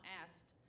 asked